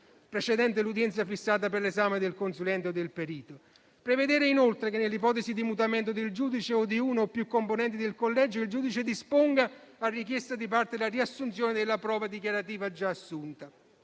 precedente l'udienza fissata per l'esame del consulente o del perito. Dovrà prevedere inoltre che, nell'ipotesi di mutamento del giudice o di uno o più componenti del collegio, il giudice disponga, a richiesta di parte, la riassunzione della prova dichiarativa già assunta.